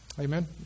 Amen